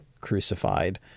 crucified